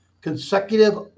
consecutive